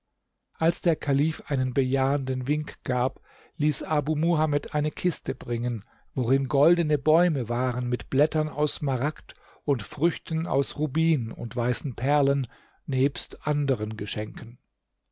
als der kalif eine bejahenden wink gab ließ abu muhamed eine kiste bringen worin goldene bäume waren mit blättern aus smaragd und früchten aus rubin und weißen perlen nebst anderen geschenken